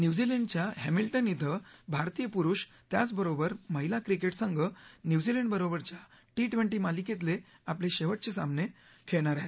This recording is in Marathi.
न्यूझीलंडच्या हॅमिल्टन इथं आज भारतीय पुरुष त्याचबरोबर महिला क्रिकेट संघ न्यूझीलंडबरोबरच्या टी ट्वेंटी मालिकेतले आपले शेवटचे सामने खेळणार आहे